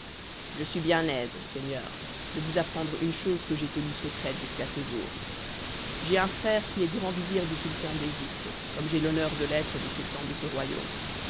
je suis bien aise seigneurs de vous apprendre une chose que j'ai tenue secrète jusqu'à ce jour j'ai un frère qui est grand vizir du sultan d'égypte comme j'ai l'honneur de l'être du sultan de ce royaume